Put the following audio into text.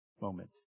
moment